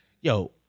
yo